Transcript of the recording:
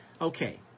Okay